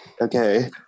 Okay